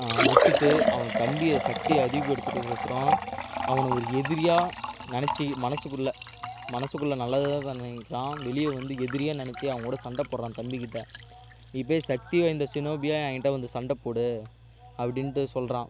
விட்டுட்டு அவன் தம்பியை சக்தியை அதிகப்படுத்துகிறதுக்கோசரம் அவனை ஒரு எதிரியாக நினைச்சி மனசுக்குள்ள மனசுக்குள்ள நல்லதை தான் நினைக்கிறான் வெளிய வந்து எதிரியாக நினைச்சி அவங்கூட சண்டை போடுறான் தம்பிக்கிட்ட நீ போய் சக்தி வாய்ந்த சினோபியா எங்கிட்ட வந்து சண்டை போடு அப்படின்ட்டு சொல்கிறான்